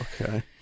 Okay